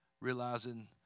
realizing